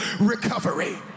recovery